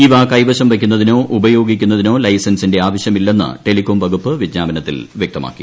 ഇവ കൈവശം വയ്ക്കുന്നതിനോ ഉപയോഗിക്കുന്നതിനോ ലൈസൻസിന്റെ ആവശ്യമില്ലെന്ന് ടെലികോം വകുപ്പ് വിഞ്ജാപനത്തിൽ വ്യക്തമാക്കി